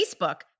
Facebook